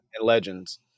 Legends